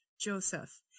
Joseph